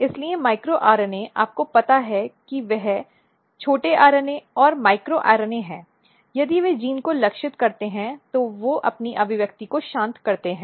इसलिए micro RNA आपको पता है कि वे छोटे आरएनए और माइक्रो आरएनए हैं यदि वे एक जीन को लक्षित करते हैं तो वे अपनी अभिव्यक्ति को शांत करते हैं